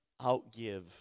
outgive